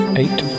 eight